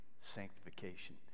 sanctification